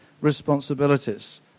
responsibilities